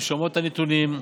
הן שומעות את הנתונים,